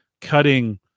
cutting